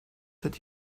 that